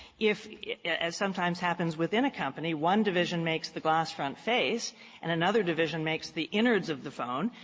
if, as sometimes happens within a company, one division makes the glass front face and another division makes the innards of the phone,